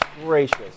gracious